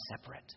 separate